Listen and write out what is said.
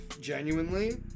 genuinely